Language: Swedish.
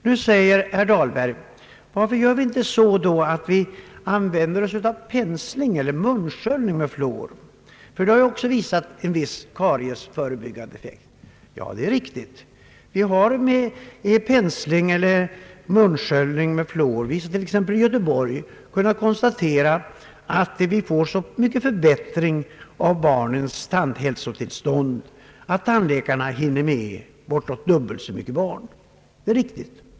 Nu säger herr Dahlberg: Varför använder vi oss då inte av pensling eller munsköljning med fluor, eftersom detta också visat en viss förebyggande karieseffekt? Ja, det är riktigt. Vi har med pensling eller munsköljning med fluor i t.ex. Göteborg kunnat konstatera en så stor förbättring av barnens hälsotillstånd att tandläkarna hinner med att behandla dubbelt så många barn.